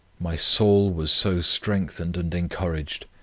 my soul was so strengthened and encouraged,